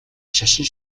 шашин